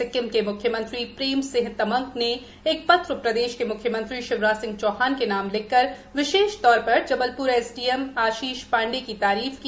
सिक्किम के म्ख्यमंत्री प्रेम सिंह तमंग ने एक पत्र प्रदेश के म्ख्यमंत्री शिवराज सिंह चौहान के नाम लिखकर विशेष तौर पर जबलप्र एसडीएम आशीष पांडे की तारीफ की